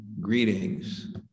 greetings